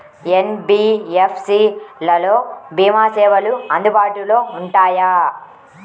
NBFC లలో భీమా సేవలు అందుబాటులో ఉంటాయా?